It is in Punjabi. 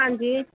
ਹਾਂਜੀ